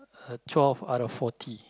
uh twelve out of forty